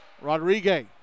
Rodriguez